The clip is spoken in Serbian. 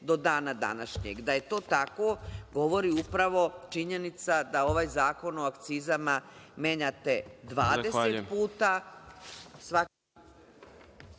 do dana današnjeg. Da je to tako govori upravo činjenica da ovaj Zakon o akcizama menjate 20 puta,